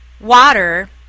water